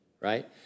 right